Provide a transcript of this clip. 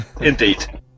Indeed